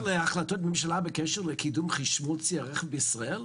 האם אדוני ער להחלטות ממשלה בקשר לקידום חשמול ציי הרכב בישראל?